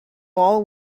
all